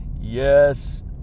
Yes